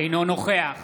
אינו נוכח